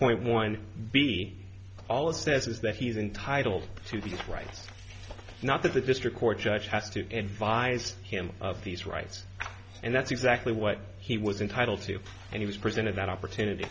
point one b all it says is that he's entitled to these rights not that the district court judge has to advise him of these rights and that's exactly what he was entitled to and he was presented that opportunity